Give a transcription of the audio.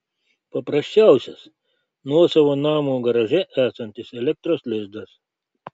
paprasčiausias nuosavo namo garaže esantis elektros lizdas